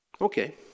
Okay